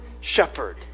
shepherd